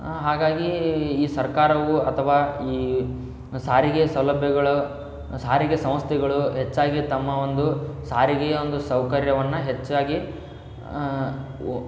ಹಾಗಾಗಿ ಈ ಸರ್ಕಾರವು ಅಥವಾ ಈ ಸಾರಿಗೆಯ ಸೌಲಭ್ಯಗಳ ಸಾರಿಗೆ ಸಂಸ್ಥೆಗಳು ಹೆಚ್ಚಾಗಿ ತಮ್ಮ ಒಂದು ಸಾರಿಗೆಯ ಒಂದು ಸೌಕರ್ಯವನ್ನು ಹೆಚ್ಚಾಗಿ ಒ